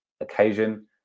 occasion